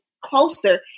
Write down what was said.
closer